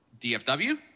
DFW